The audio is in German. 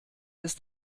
ist